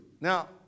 Now